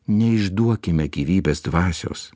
neišduokime gyvybės dvasios